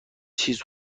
چیز